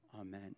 Amen